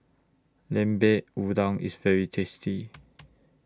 Lemper Udang IS very tasty